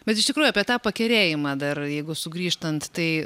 bet iš tikrųjų apie tą pagerėjimą dar jeigu sugrįžtant tai